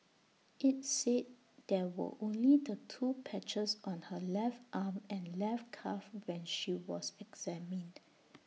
IT said there were only the two patches on her left arm and left calf when she was examined